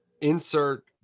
insert